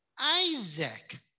Isaac